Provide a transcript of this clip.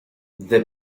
the